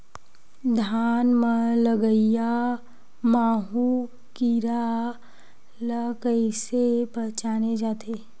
धान म लगईया माहु कीरा ल कइसे पहचाने जाथे?